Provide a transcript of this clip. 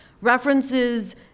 references